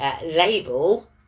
label